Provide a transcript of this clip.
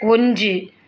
ஒன்று